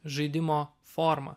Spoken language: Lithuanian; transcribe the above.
žaidimo formą